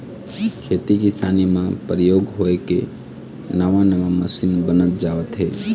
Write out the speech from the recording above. खेती किसानी म परयोग होय के नवा नवा मसीन बनत जावत हे